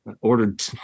ordered